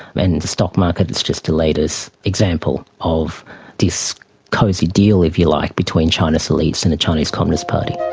and the stock market is just the latest example of this cosy deal, if you like, between china's elites and the chinese communist party.